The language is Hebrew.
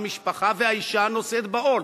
והמשפחה והאשה נושאות בעול.